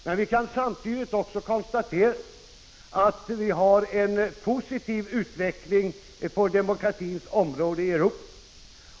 Men jag kan samtidigt också konstatera att vi har en positiv utveckling på det demokratiska området i Europa.